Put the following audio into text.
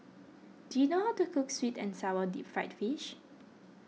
do you know how to cook Sweet and Sour Deep Fried Fish